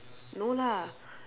no lah